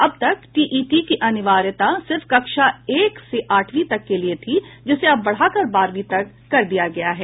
अब तक टीईटी की अनिवार्यता सिर्फ कक्षा एक से आठवीं तक के लिए ही थी जिसे अब बढ़ाकर बारहवी तक कर दिया गया है